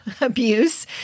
abuse